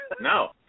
No